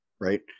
right